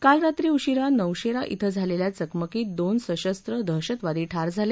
काल रात्री उशिरा नौशेरा नार िं झालेल्या चकमकीत दोन सशस्त्र दहशतवादी ठार झाले